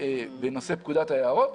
בנושא פקודת היערות.